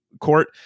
court